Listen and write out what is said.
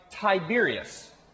Tiberius